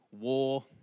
war